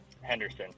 Henderson